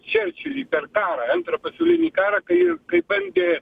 čerčilį per antrą pasaulinį karą kai kai bandė